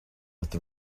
with